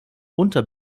unter